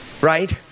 right